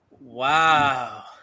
Wow